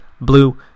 Blue